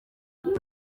ati